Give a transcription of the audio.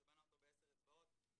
שבנה אותו בעשר אצבעות,